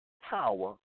power